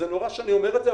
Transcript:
זה נורא שאני אומר את זה,